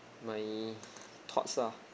my thoughts lah